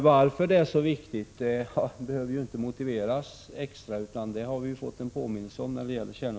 Varför det är så viktigt behöver inte motiveras extra, utan det har vi ju fått en påminnelse om i Tjernobylolyckan.